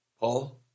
Paul